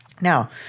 Now